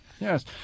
Yes